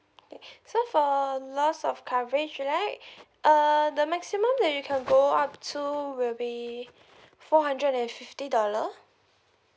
okay so for lost of coverage right uh the maximum that you can go up to will be four hundred and fifty dollar